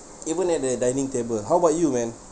even at the dining table how about you man